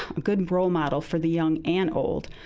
a good role model for the young and old.